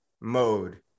mode